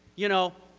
you know.